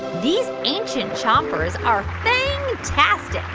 these ancient chompers are fang-tastic.